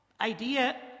idea